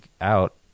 out